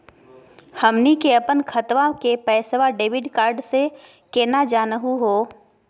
हमनी के अपन खतवा के पैसवा डेबिट कार्ड से केना जानहु हो?